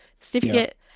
certificate